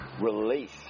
release